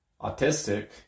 autistic